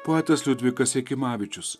poetas liudvikas jakimavičius